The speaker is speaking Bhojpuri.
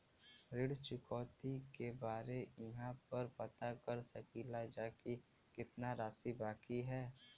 ऋण चुकौती के बारे इहाँ पर पता कर सकीला जा कि कितना राशि बाकी हैं?